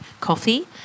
coffee